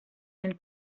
nel